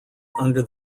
under